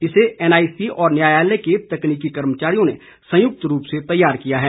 इसे एनआईसी और न्यायालय के तकनीकी कर्मचारियों ने संयुक्त रूप से तैयार किया है